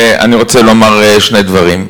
אני רוצה לומר שני דברים.